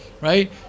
right